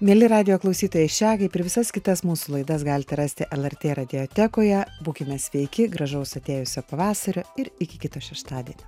mieli radijo klausytojai šią kaip ir visas kitas mūsų laidas galite rasti lrt radiotekoje būkime sveiki gražaus atėjusio pavasario ir iki kito šeštadienio